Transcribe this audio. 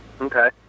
Okay